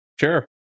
Sure